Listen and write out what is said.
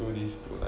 do this to like